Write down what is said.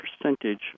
percentage